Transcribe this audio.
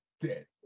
dead